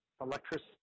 electricity